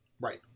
Right